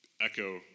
echo